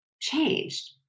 changed